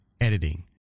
editing